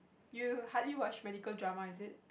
you hardly watch medical drama is it